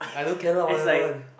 I don't care lor whatever